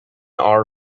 our